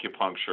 Acupuncture